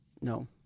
No